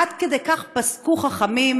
עד כדי כך פסקו חכמים,